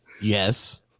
Yes